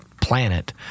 planet